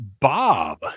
Bob